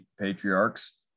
patriarchs